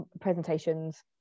presentations